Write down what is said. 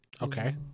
Okay